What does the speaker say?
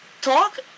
talk